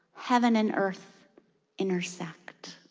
heaven and earth intersect.